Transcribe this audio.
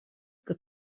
que